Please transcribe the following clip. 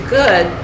good